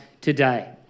today